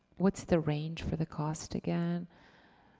what's the range for the cost again?